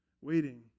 waiting